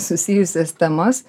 susijusias temas